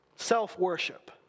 Self-worship